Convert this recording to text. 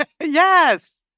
Yes